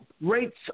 rates